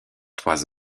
trois